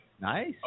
Nice